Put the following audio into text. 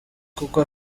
kuko